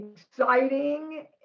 exciting